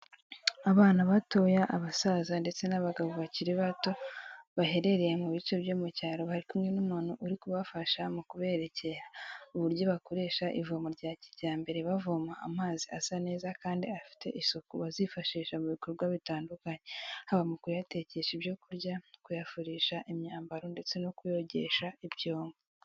Abana batoya, abasaza ndetse n'abagabo bakiri bato baherereye mu bice byo mu cyaro bari kumwe n'umuntu uri kubafasha mu kuberekera uburyo bakoresha ivomo rya kijyambere bavoma amazi asa neza kandi afite isuku bazifashisha mu bikorwa bitandukanye, haba mu kuyatekesha ibyo kurya, kuyafurisha imyambaro ndetse no kuyogesha ibyobo.